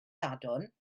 sadwrn